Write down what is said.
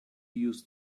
used